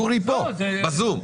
יורי בזום.